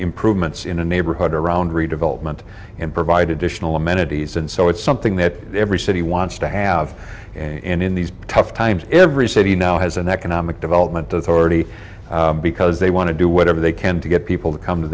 improvements in a neighborhood around redevelopment and provide additional amenities and so it's something that every city wants to have in these tough times every city now has an economic development authority because they want to do whatever they can to get people to come to